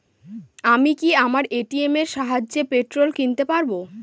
আমি কি আমার এ.টি.এম এর সাহায্যে পেট্রোল কিনতে পারব?